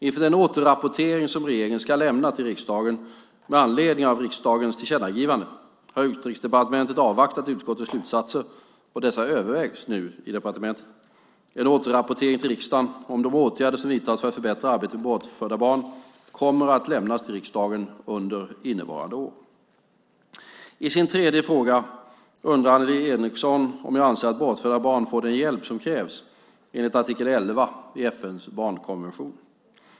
Inför den återrapportering som regeringen ska lämna till riksdagen med anledning av riksdagens tillkännagivande har Utrikesdepartementet avvaktat utskottets slutsatser, och dessa övervägs nu i departementet. En återrapportering till riksdagen om de åtgärder som vidtagits för att förbättra arbetet med bortförda barn kommer att lämnas till riksdagen under innevarande år. I sin tredje fråga undrar Annelie Enochson om jag anser att bortförda barn får den hjälp som krävs enligt artikel 11 i FN:s barnkonvention.